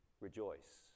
rejoice